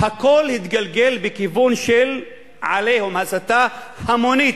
הכול התגלגל בכיוון של "עליהום", הסתה המונית,